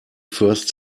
first